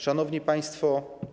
Szanowni Państwo!